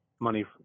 money